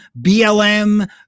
BLM